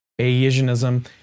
Bayesianism